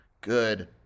good